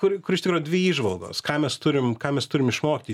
kur kur iš tikro dvi įžvalgos ką mes turim ką mes turim išmokti